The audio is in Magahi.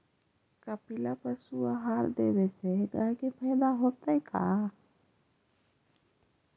कपिला पशु आहार देवे से गाय के फायदा होतै का?